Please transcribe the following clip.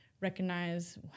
recognize